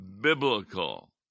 biblical